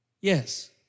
yes